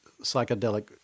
psychedelic